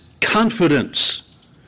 confidence